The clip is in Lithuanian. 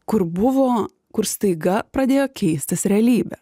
kur buvo kur staiga pradėjo keistis realybė